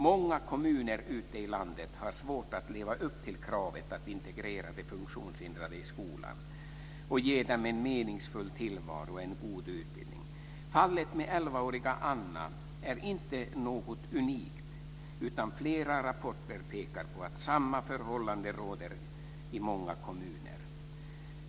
Många kommuner ute i landet har svårt att leva upp till kravet på att integrera de funktionshindrade i skolan och ge dem en meningsfull tillvaro och en god utbildning. Fallet med elvaåriga Anna är inte unikt, utan flera rapporter pekar på att samma förhållande råder i många kommuner.